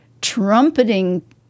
trumpeting